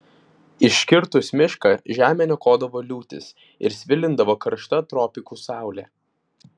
iškirtus mišką žemę niokodavo liūtys ir svilindavo karšta tropikų saulė